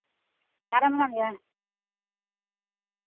ᱚᱠᱟᱨᱮ ᱢᱮᱱᱟᱜ ᱢᱮᱭᱟ